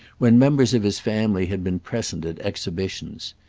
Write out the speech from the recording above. when members of his family had been present at exhibitions.